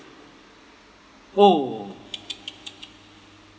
!fuh!